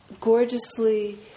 gorgeously